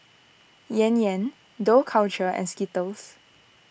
Yan Yan Dough Culture and Skittles